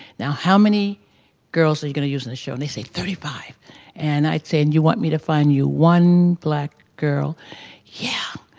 now how many girls are going to use in the show and they say thirty five and i'd say and you want me to find you one black girl yeah!